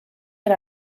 per